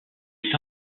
est